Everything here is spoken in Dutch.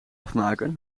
afmaken